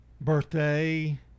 Birthday